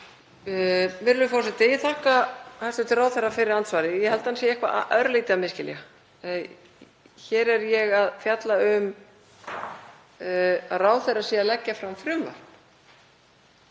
Virðulegur forseti. Ég þakka hæstv. ráðherra fyrir andsvarið. Ég held að hann sé eitthvað örlítið að misskilja. Hér er ég að fjalla um að ráðherra sé að leggja fram frumvarp